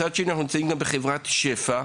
מצד שני, אנחנו מצויים כיום בחברה של שפע.